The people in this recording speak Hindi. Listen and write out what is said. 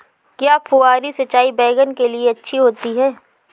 क्या फुहारी सिंचाई बैगन के लिए अच्छी होती है?